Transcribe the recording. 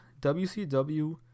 wcw